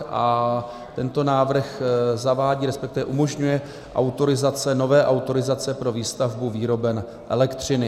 A tento návrh zavádí, resp. umožňuje autorizace, nové autorizace pro výstavbu výroben elektřiny.